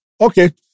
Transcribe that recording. Okay